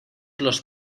los